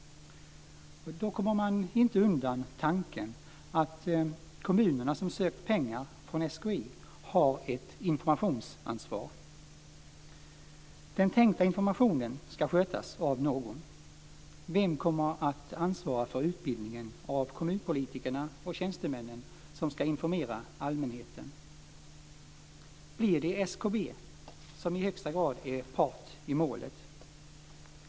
Då kommer man inte undan tanken att kommunerna som sökt pengar från SKI har ett informationsansvar. Den tänkta informationen ska skötas av någon. Vem kommer att ansvara för utbildningen av de kommunpolitiker och tjänstemän som ska informera allmänheten? Blir det SKB, som i högsta grad är part i målet?